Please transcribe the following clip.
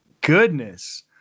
goodness